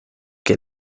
que